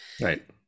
right